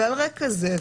ועל רקע זה,